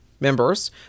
members